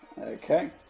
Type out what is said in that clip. Okay